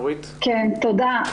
תודה.